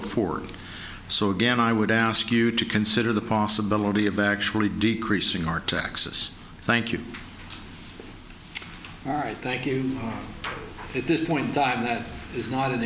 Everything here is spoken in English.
afford so again i would ask you to consider the possibility of actually decreasing our taxes thank you all right thank you if this point that that is not an